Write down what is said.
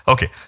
Okay